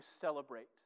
celebrate